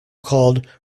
called